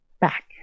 back